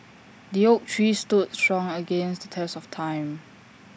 the oak tree stood strong against the test of time